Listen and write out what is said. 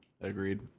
Agreed